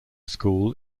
school